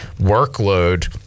workload